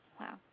Wow